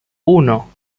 uno